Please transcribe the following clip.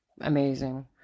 Amazing